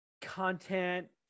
content